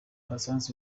patient